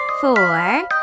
Four